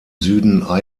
süden